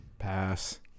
pass